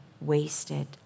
wasted